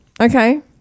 Okay